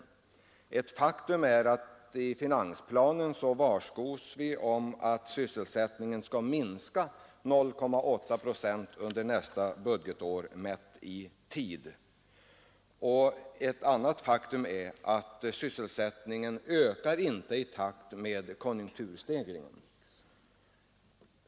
Och ett faktum är att finansplanen förutser att sysselsättningen under nästa budgetår skall minska med 0,8 procent mätt i tid. Ett annat faktum är att sysselsättningen inte ökar i takt med konjunkturstegringen.